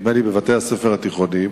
נדמה לי בבתי-הספר התיכוניים,